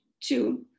Two